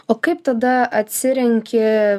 o kaip tada atsirenki